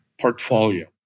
portfolio